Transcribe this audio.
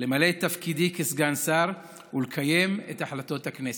למלא את תפקידי כסגן שר ולקיים את החלטות הכנסת.